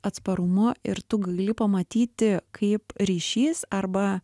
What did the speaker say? atsparumo ir tu gali pamatyti kaip ryšys arba